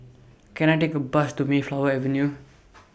Can I Take A Bus to Mayflower Avenue